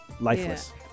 lifeless